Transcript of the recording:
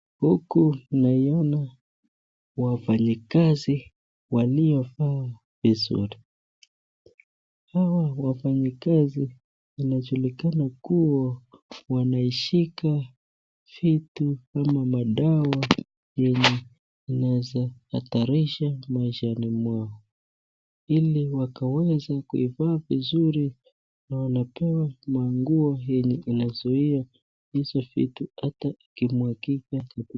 Huku naiona wafanyakazi walio vaa vizuri. Hawa wafanyikazi inajulikana kuwa wanaishika vitu ama madawa inaweza hatarisha maishani mwao ili wakaweze kuivaa vizuri na wanapewa manguo yenye inazuia hizo vitu hata ikimwagika.